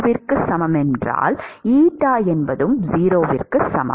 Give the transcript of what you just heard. X சமம் 0 என்பது 0 சமம்